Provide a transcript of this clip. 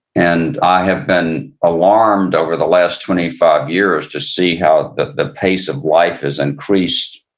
and i have been alarmed over the last twenty five years, to see how the the pace of life has increased,